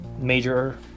major